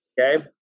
okay